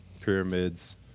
pyramids